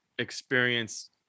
experience